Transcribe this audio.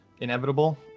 inevitable